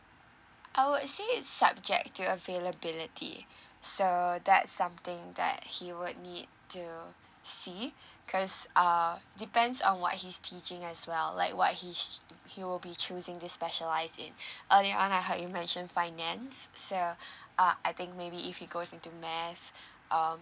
I would say it's subject to availability so that's something that he would need to see cause err depends on what he's teaching as well like what he she he will be choosing to specialise in earlier on I heard you mentioned finance so uh I think maybe if he goes into math um